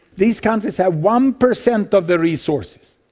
these countries have one percent of the resources.